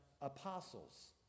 apostles